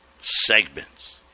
segments